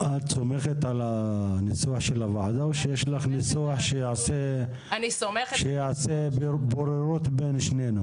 את סומכת על הניסוח של הוועדה או שיש לך ניסוח שיעשה בוררות בין שנינו?